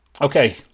Okay